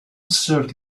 served